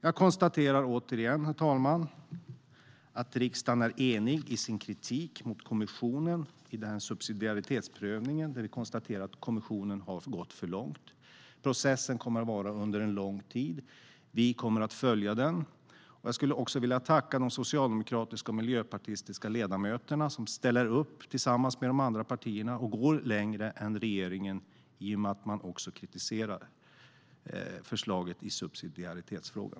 Jag konstaterar återigen att riksdagen är enig i sin kritik mot kommissionen. Vid den här subsidiaritetsprövningen konstaterar vi att kommissionen har gått för långt. Processen kommer att pågå under en lång tid, och vi tänker följa den. Jag vill också tacka de socialdemokratiska och miljöpartistiska ledamöterna som ställer upp tillsammans med de andra partierna och går längre än regeringen i och med att man kritiserar förslaget i subsidiaritetsfrågan.